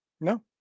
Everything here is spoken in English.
No